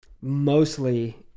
Mostly